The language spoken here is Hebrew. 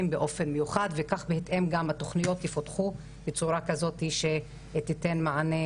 באופן מיוחד וכך בהתאם התוכניות יפתחו בצורה כזאת שתיתן מענה